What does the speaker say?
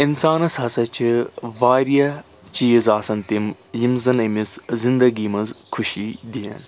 اِنسانَس ہَسا چھِ واریاہ چیٖز آسان تِم یِم زَن أمِس زِنٛدَگی منٛز خوشی دِنۍ